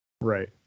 Right